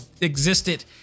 existed